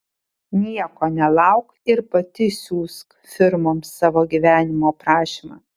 nieko nelauk ir pati siųsk firmoms savo gyvenimo aprašymą